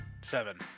Seven